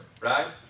right